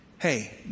Hey